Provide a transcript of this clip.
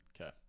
Okay